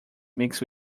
mixed